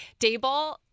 Dayball